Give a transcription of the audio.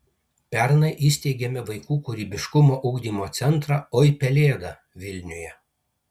pernai įsteigėme vaikų kūrybiškumo ugdymo centrą oi pelėda vilniuje